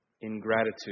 ingratitude